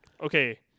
okay